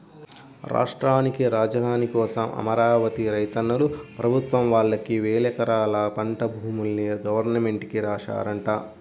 రాష్ట్రానికి రాజధాని కోసం అమరావతి రైతన్నలు ప్రభుత్వం వాళ్ళకి వేలెకరాల పంట భూముల్ని గవర్నమెంట్ కి రాశారంట